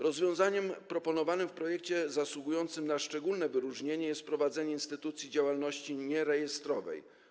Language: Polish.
Rozwiązaniem proponowanym w projekcie zasługującym na szczególne wyróżnienie jest wprowadzenie instytucji działalności nierejestrowej.